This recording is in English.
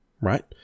right